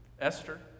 Esther